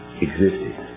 existed